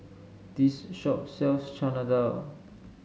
this shop sells Chana Dal